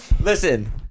listen